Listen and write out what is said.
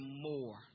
more